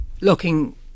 looking